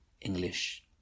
English